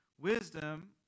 Wisdom